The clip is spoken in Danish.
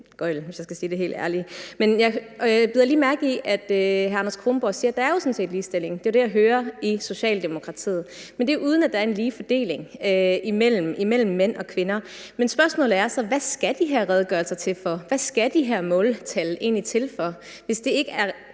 gøgl, hvis jeg skal sige det helt ærligt. Men jeg bider lige mærke i, at hr. Anders Kronborg siger, at der sådan set er ligestilling – det er det, jeg hører – i Socialdemokratiet, men det er, uden at der er en lige fordeling imellem mænd og kvinder. Men spørgsmålet er så: Hvad er de her redegørelser til for? Hvad er de her måltal egentlig til for, hvis det ikke er